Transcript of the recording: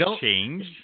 change